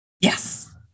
Yes